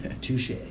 Touche